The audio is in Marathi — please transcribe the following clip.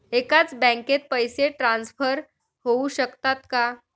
एकाच बँकेत पैसे ट्रान्सफर होऊ शकतात का?